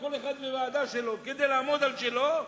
כל אחד בוועדה שלו, כדי לעמוד על שלו,